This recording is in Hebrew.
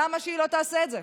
למה שהיא לא תעשה את זה?